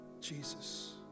Jesus